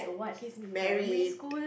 he's married